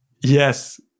Yes